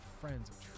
friends